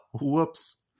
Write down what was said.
whoops